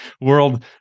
world